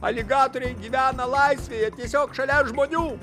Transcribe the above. aligatoriai gyvena laisvėje tiesiog šalia žmonių